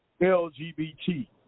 LGBT